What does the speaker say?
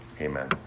amen